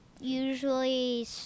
usually